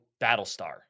Battlestar